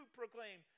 proclaim